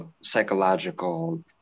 psychological